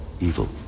Evil